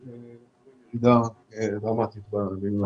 הייתה נקודה דרמטית בימים האחרונים.